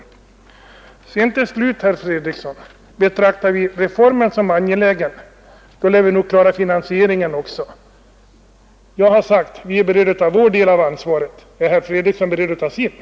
Till slut vill jag säga herr Fredriksson att om vi betraktar reformen som angelägen lär vi klara finansieringen också. Jag har sagt att vi är beredda att ta vår del av ansvaret. Är herr Fredriksson beredd att ta sitt ansvar?